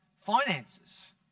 finances